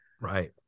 right